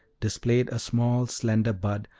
displayed a small, slender bud,